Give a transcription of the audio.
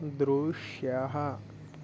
दृश्यः